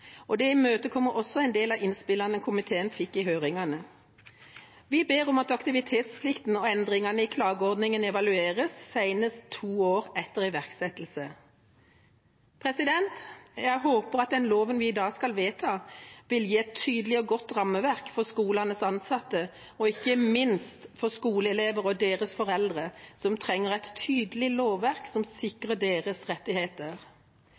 Det imøtekommer også en del av innspillene komiteen fikk i høringene. Vi ber om at aktivitetsplikten og endringene i klageordningen evalueres senest to år etter iverksettelse. Jeg håper at den loven vi i dag skal vedta, vil gi et tydelig og godt rammeverk for skolenes ansatte og ikke minst for skoleelever og deres foreldre som trenger et tydelig lovverk som sikrer deres rettigheter.